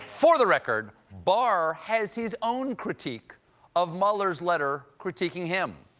for the record, barr has his own critique of mueller's letter critiquing him.